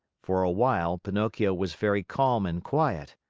for a while pinocchio was very calm and quiet.